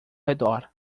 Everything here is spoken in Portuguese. redor